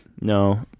No